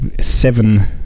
seven